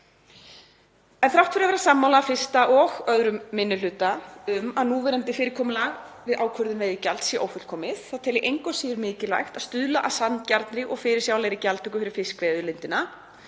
En þrátt fyrir að vera sammála 1. og 2. minni hluta um að núverandi fyrirkomulag við ákvörðun veiðigjalds sé ófullkomið þá tel ég engu að síður mikilvægt að stuðla að sanngjarnri og fyrirsjáanlegri gjaldtöku fyrir fiskveiðiauðlindina